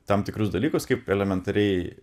tam tikrus dalykus kaip elementariai